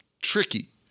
tricky